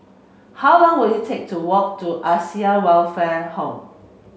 how long will it take to walk to Acacia Welfare Home